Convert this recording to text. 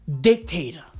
dictator